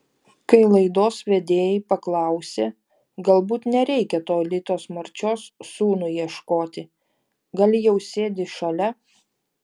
kai laidos vedėjai paklausė galbūt nereikia toli tos marčios sūnui ieškoti gal ji jau sėdi šalia